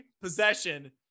possession